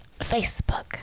Facebook